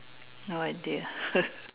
no I did